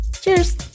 cheers